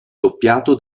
doppiato